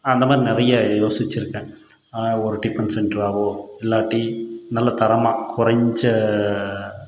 அந்தமாதிரி நிறைய யோசிச்சியிருக்கேன் ஒரு டிஃபன் சென்டராகவோ இல்லாட்டி நல்ல தரமாக குறைஞ்ச